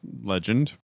legend